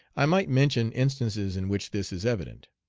i might mention instances in which this is evident.